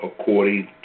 according